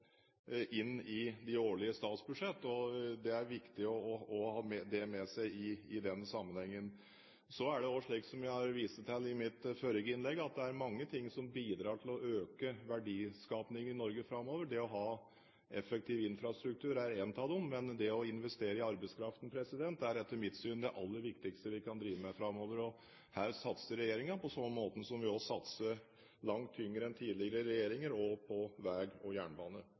inn i de årlige statsbudsjett, og det er viktig å ha det med seg i den sammenhengen. Så er det også slik som jeg viste til i mitt forrige innlegg, at det er mange ting som bidrar til å øke verdiskapingen i Norge framover. Det å ha effektiv infrastruktur er en av dem. Men det å investere i arbeidskraften er etter mitt syn det aller viktigste vi kan drive med framover. Her satser regjeringen, på samme måte som vi også satser langt tyngre enn tidligere regjeringer – også på vei og jernbane.